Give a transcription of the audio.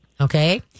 Okay